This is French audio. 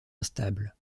instable